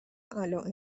علائم